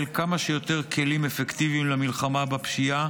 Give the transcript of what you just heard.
כמה שיותר כלים אפקטיביים למלחמה בפשיעה